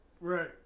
Right